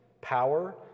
power